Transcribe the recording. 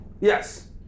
yes